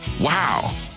wow